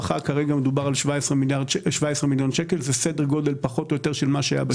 אנחנו יודעים שלצערנו 14 ימים לא תמיד מספיקים.